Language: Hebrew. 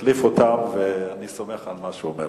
החליף אותם, ואני סומך על מה שהוא אומר.